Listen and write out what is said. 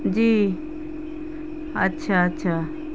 جی اچھا اچھا